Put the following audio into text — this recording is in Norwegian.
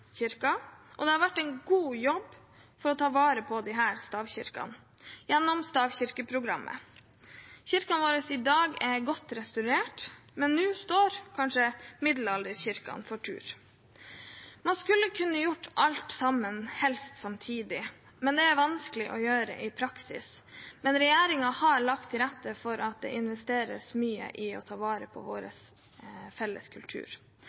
og det har vært gjort en god jobb for å ta vare på disse stavkirkene gjennom Stavkirkeprogrammet. Kirkene våre er i dag godt restaurert, men nå står kanskje middelalderkirkene for tur. Man skulle helst kunne gjort alt sammen samtidig, men det er vanskelig i praksis. Men regjeringen har lagt til rette for at det investeres mye i å ta vare på vår felles kultur.